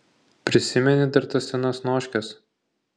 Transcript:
prisimeni dar tas senas noškes